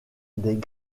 des